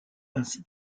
ainsi